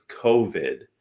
COVID